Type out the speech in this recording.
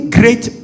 great